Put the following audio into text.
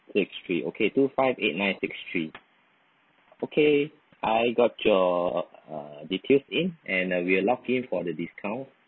six three okay two five eight nine six three okay I got your uh details in and we'll lock for the discount